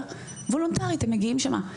וולונטרית הם מגיעים שם.